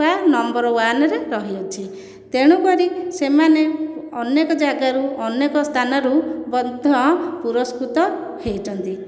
ବା ନମ୍ବର ୱାନରେ ରହିଅଛି ତେଣୁକରି ସେମାନେ ଅନେକ ଜାଗାରୁ ଅନେକ ସ୍ଥାନରୁ ମଧ୍ୟ ପୁରସ୍କୃତ ହୋଇଛନ୍ତି